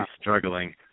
struggling